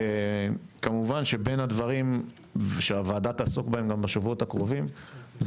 כמובן שבין הדברים שהוועדה תעסוק בהם גם בשבועות הקרובים זה